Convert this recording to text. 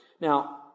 Now